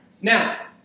Now